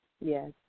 Yes